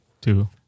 two